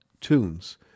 tunes